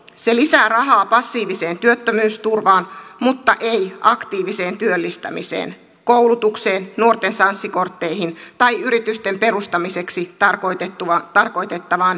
se lisää rahaa passiiviseen työttömyysturvaan mutta ei aktiiviseen työllistämiseen koulutukseen nuorten sanssi kortteihin tai yritysten perustamiseksi tarkoitettavaan starttirahaan